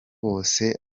bose